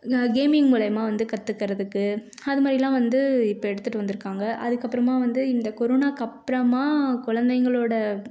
gaming மூலிமா வந்து கத்துக்கறதுக்கு அதுமாரிலாம் வந்து இப்போ எடுத்துட்டு வந்துருக்காங்க அதுக்கப்புறமா வந்து இந்த கொரோனாக்கப்புறமா குழந்தைங்களோட